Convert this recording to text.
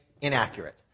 inaccurate